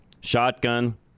shotgun